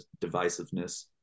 divisiveness